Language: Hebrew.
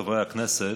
חברי הכנסת,